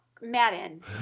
Madden